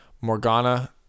Morgana